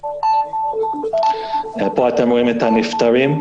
פה רואים את הנפטרים.